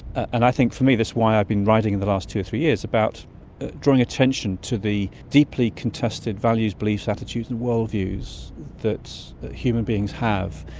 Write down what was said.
and i think for me this is why i've been writing in the last two or three years about drawing attention to the deeply contested values, beliefs, attitudes and worldviews that human beings have,